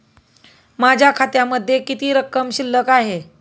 माझ्या खात्यामध्ये किती रक्कम शिल्लक आहे?